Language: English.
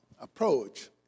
approach